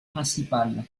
principale